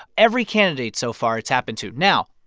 every candidate so far it's happened to. now,